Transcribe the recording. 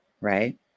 right